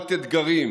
מרובת אתגרים,